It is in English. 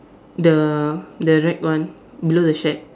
the the red one below the shack